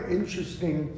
interesting